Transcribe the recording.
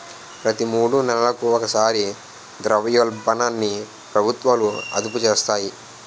ప్రతి మూడు నెలలకు ఒకసారి ద్రవ్యోల్బణాన్ని ప్రభుత్వాలు అదుపు చేస్తాయి